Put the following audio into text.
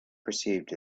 perceived